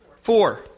Four